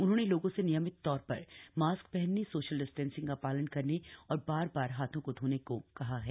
उन्होंने लोगों से नियमित तौर र मास्क हनने सोशल डिस्टेंसिंग का ालन करने और बार बार हाथ धोने को कहा है